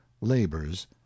labors